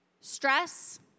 stress